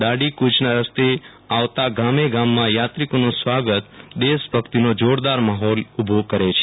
દાંડી કૂચ ના રસ્તે આવતા ગામેગામ માં યાત્રિકો નું સ્વાગત દેશભક્તિ નો જોરદાર માહોલ ઊભો કરે છે